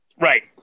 Right